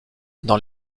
dans